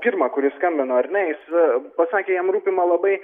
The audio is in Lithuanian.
pirma kuris skambino ar ne jis pasakė jam rūpimą labai